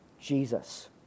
Jesus